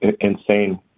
Insane